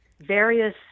various